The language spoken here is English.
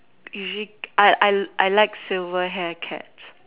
I I I like silver hair cats